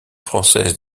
française